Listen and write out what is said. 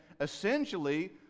essentially